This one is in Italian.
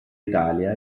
italia